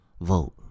vote